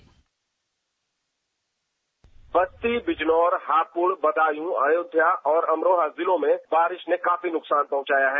dispatch Basti Bijnor Hapur Budaun Ayodhya और अमरोहा जिलों में बारिश ने काफी नुकसान पहुंचाया है